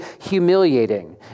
humiliating